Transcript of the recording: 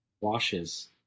washes